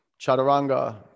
chaturanga